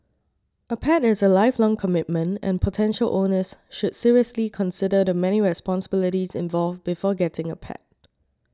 a pet is a lifelong commitment and potential owners should seriously consider the many responsibilities involved before getting a pet